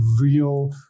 real